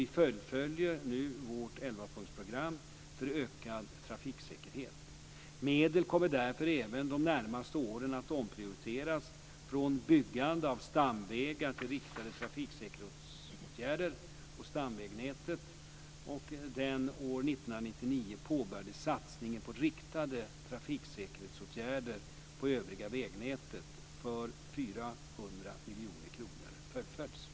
Vi fullföljer nu vårt 11-punktsprogram för ökad trafiksäkerhet. Medel kommer därför även de närmaste åren att omprioriteras från byggande av stamvägar till riktade trafiksäkerhetsåtgärder på stamvägnätet. Den år 1999 påbörjade satsningen på riktade trafiksäkerhetsåtgärder på det övriga vägnätet, för 400 miljoner kronor, fullföljs.